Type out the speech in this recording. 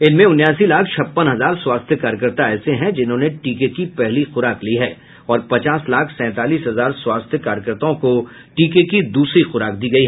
इनमें उनासी लाख छप्पन हजार स्वास्थ्य कार्यकर्ता ऐसे हैं जिन्होंने टीके की पहली खुराक ली है और पचास लाख सैंतालीस हजार स्वास्थ्य कार्यकर्ताओं को टीके की दूसरी खुराक दी गयी